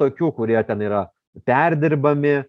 tokių kurie ten yra perdirbami